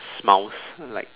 smiles like